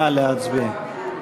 נא להצביע.